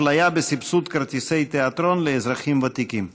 אפליה בסבסוד כרטיסי תיאטרון לאזרחים ותיקים.